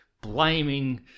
blaming